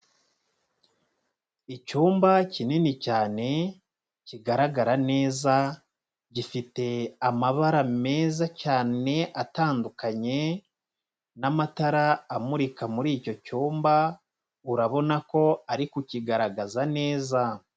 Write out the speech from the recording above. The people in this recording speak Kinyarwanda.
Icyumba kinini cyane kigaragara neza gifite amabara meza cyane atandukanye n'amatara amurika muri icyo cyumba, urabona ko ari kukigaragaza neza.